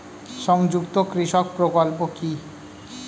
সংযুক্ত কৃষক প্রকল্প কি?